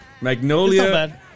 Magnolia